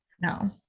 No